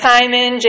Simon